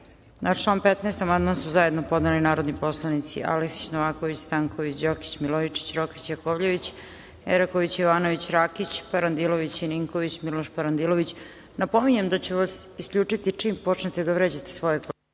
član 15. amandman su zajedno podneli narodni poslanici Aleksić, Novaković, Stanković, Đokić, Milojičić, Rokvić, Jakovljević, Eraković, Ivanović, Rakić, Parandilović i Ninković. Miloš Parandilović ima reč. Napominjem da ću vas isključiti čim počnete da vređate svoje kolege.